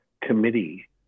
committee